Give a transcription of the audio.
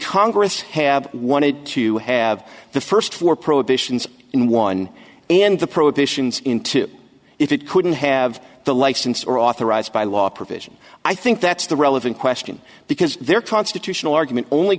congress have wanted to have the first four prohibitions in one and the prohibitions into if it couldn't have the license or authorized by law provision i think that's the relevant question because their constitutional argument only